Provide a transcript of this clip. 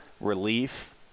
relief